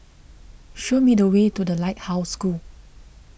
show me the way to the Lighthouse School